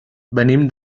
venim